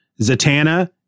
Zatanna